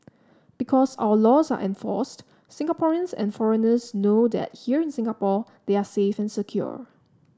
because our laws are enforced Singaporeans and foreigners know that here in Singapore they are safe and secure